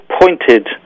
pointed